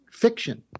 Fiction